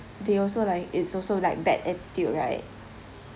they also like it's also like bad attitude right